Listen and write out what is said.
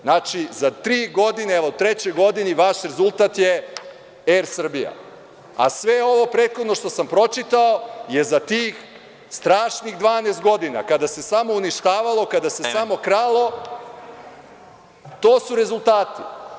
Znači, za tri godine, evo trećoj godini, vaš rezultat je „Er Srbija“, a sve ovo prethodno što sam pročitao je za tih strašnih 12 godina, kada se samo uništavalo, kada se samo kralo, to su rezultati.